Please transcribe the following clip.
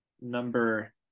number –